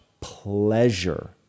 pleasure